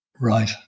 Right